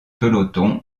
peloton